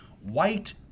white